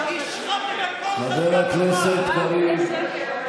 השחתת כל חלקה